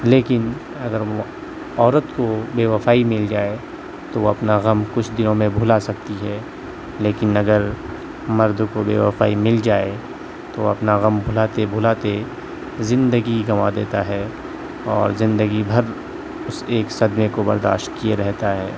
لیکن اگر وہ عورت کو بے وفائی مل جائے تو وہ اپنا غم کچھ دنوں میں بھلا سکتی ہے لیکن اگر مرد کو بے وفائی مل جائے تو وہ اپنا غم بھلاتے بھلاتے زندگی گنوا دیتا ہے اور زندگی بھر اس ایک صدمے کو برداشت کیے رہتا ہے